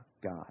God